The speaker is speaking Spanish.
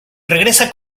regresa